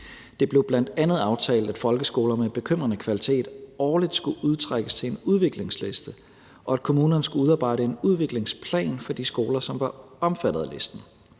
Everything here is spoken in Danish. Det blev bl.a. aftalt, at folkeskoler med bekymrende kvalitet årligt skulle udtrækkes til en udviklingsliste, og at kommunerne skulle udarbejde en udviklingsplan for de skoler, som var omfattet af listen.